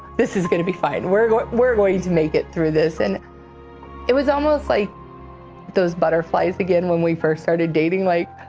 this is gonna be fine, we're going we're going to make it through this. and it was almost like those butterflies again when we first started dating, like,